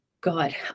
God